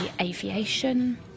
aviation